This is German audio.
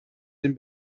den